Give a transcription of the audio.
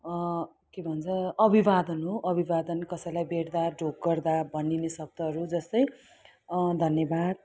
के भन्छ अभिवादन हो अभिवादन कसैलाई भेट्दा ढोग गर्दा भनिने शब्द जस्तै धन्यवाद